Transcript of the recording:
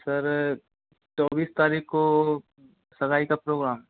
तो सर चौबीस तारीख को सगाई का प्रोग्राम